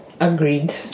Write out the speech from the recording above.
agreed